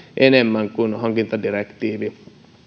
enemmän kuin hankintadirektiivi